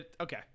Okay